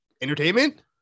Entertainment